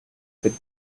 could